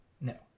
No